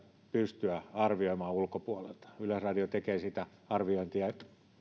pystyä arvioimaan myös ulkopuolelta yleisradio tekee sitä arviointia